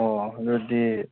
ꯑꯣ ꯑꯗꯨꯗꯤ